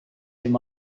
him